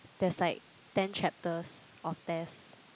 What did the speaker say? there's like ten chapters of test